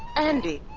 andi,